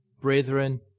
brethren